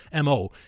MO